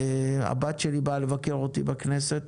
הבת שלי באה לבקר אותי בכנסת.